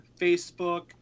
facebook